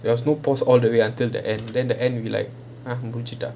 there was no pause all the way until the end then the end we like !huh!